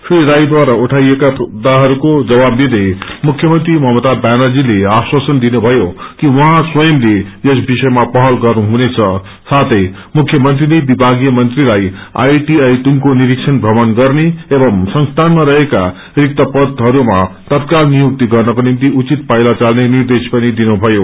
श्री राईद्वार उठाईकए मुद्दाहरूको जवाब दिदै मुख्यमंत्री ममता व्यानर्जीले आश्वासन दिनुभयो कि उहाँ स्वयंले यस विषयमा पहल गर्नुहुनेद साथै मुख्य मंत्रीले विभागीय मंत्रीलाई आईटिआई टुंगको निस्तण प्रमण गर्ने एवं संस्थानामा रहेका रिक्त परहरूमा तत्काल नियुक्ति गर्नको निम्ति उचित पाइला चाल्ने निर्देश पनि दिनुमयो